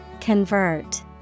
Convert